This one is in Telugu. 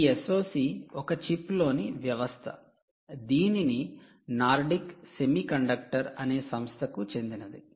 ఈ SOC ఒక చిప్లోని వ్యవస్థ దీనిని నార్డిక్ సెమీకండక్టర్ అనే సంస్థకి చెందినది